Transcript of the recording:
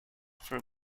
for